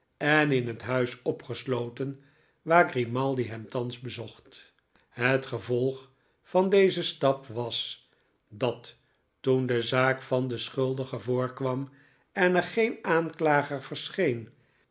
en in het huis opgesloten waar grimaldi hem thans bezocht het gevolg van dezen stap was dat toen de zaak van den schuldige voorkwam en er geen aanklager verscheen